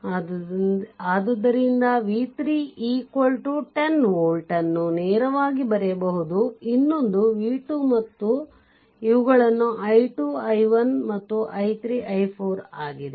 ಆದ್ದರಿಂದ v3 10 volt ಅನ್ನು ನೇರವಾಗಿ ಬರೆಯಬಹುದು ಇನ್ನೊಂದು v2 ಮತ್ತು ಇವುಗಳುi2 i1 ಮತ್ತು i3 i4 ಆಗಿದೆ